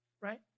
right